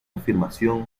afirmación